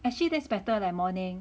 actually that's better leh morning